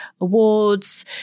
awards